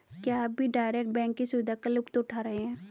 क्या आप भी डायरेक्ट बैंक की सुविधा का लुफ्त उठा रहे हैं?